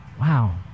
Wow